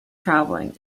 traveling